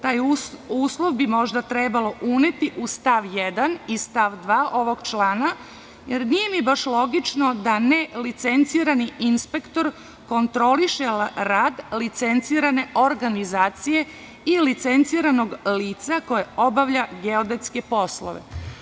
Taj uslov bi možda trebalo uneti u stav 1. i stav 2. ovog člana, jer mi nije baš logično da nelicencirani inspektor kontroliše rad licencirane organizacije i licenciranog lica koje obavlja geodetske poslove.